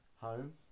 Home